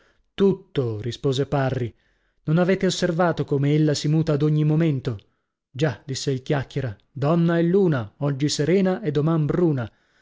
tutto rispose parri non avete osservato come ella si muta ad ogni momento già disse il chiacchiera donna e luna oggi serena e doman bruna